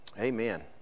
Amen